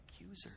accuser